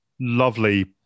Lovely